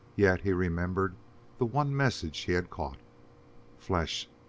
yet he remembered the one message he had caught flesh!